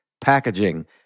packaging